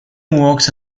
works